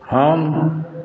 हम